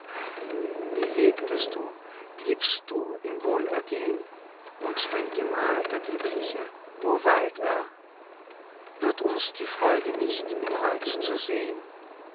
wie lebtest du bliebst du in wohlergehen und dein gemahl der glückliche wo weilt er wird uns die freude nicht ihn heut zu sehen